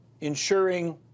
ensuring